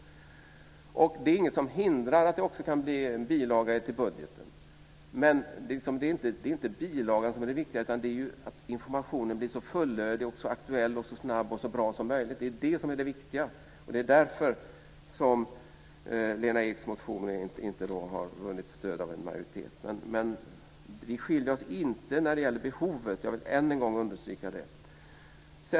Det är inget som hindrar att det också kan bli en bilaga till budgeten, men det är inte bilagan som är det viktiga, utan det är att informationen blir så fullödig, aktuell, snabb och bra som möjligt. Det är det som är det viktiga. Det är därför som Lena Eks motion inte har vunnit stöd av en majoritet. Men vi skiljer oss inte när det gäller behovet - jag vill än en gång understryka det.